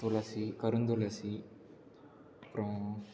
துளசி கருந்துளசி அப்புறம்